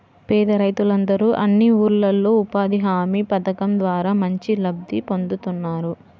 పేద రైతులందరూ అన్ని ఊర్లల్లో ఉపాధి హామీ పథకం ద్వారా మంచి లబ్ధి పొందుతున్నారు